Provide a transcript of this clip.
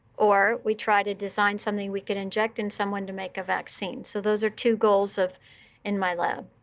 or we try to design something we can inject in someone to make a vaccine. so those are two goals of in my lab.